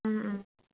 ꯎꯝꯎꯝ